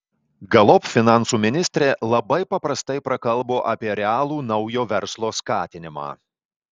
galop finansų ministrė labai paprastai prakalbo apie realų naujo verslo skatinimą